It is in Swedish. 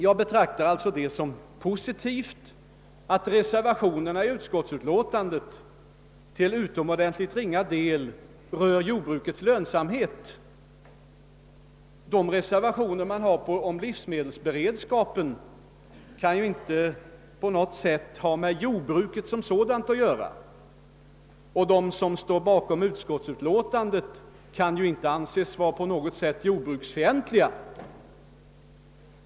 Jag betraktar det alltså som positivt att reservationerna till utomordentligt ringa del berör jordbrukets lönsamhet. Reservationerna om livsmedelsberedskapen kan ju inte på något sätt ha med jordbruket som sådant att göra, och de som står bakom utskottsutlåtandet kan ju inte alls anses vara jordbruksfientliga.